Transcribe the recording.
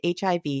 HIV